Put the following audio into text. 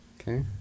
Okay